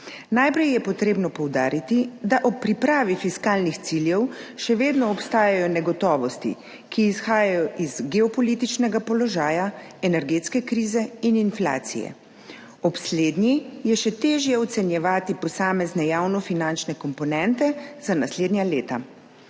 Najprej je potrebno poudariti, da ob pripravi fiskalnih ciljev še vedno obstajajo negotovosti, ki izhajajo iz geopolitičnega položaja, energetske krize in inflacije. Ob slednji je še težje ocenjevati posamezne javno finančne komponente za naslednja leta.